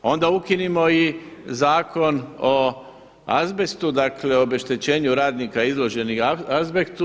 Onda ukinimo o zakon o azbestu, dakle obeštećenju radnika izloženih azbestu.